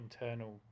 internal